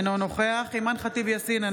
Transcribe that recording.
אינו נוכח אימאן ח'טיב יאסין,